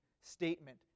statement